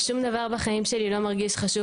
"שום דבר בחיים שלי לא מרגיש חשוב